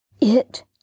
It